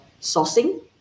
sourcing